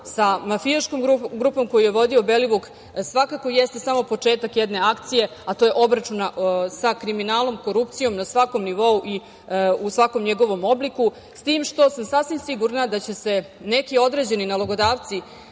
sa mafijaškom grupom koju je vodio Belivuk svakako jeste samo početak jedne akcije, a to je obračun sa kriminalom, korupcijom na svakom nivou i u svakom njegovom obliku, s tim što sam sasvim sigurna da će se neki određeni nalogodavci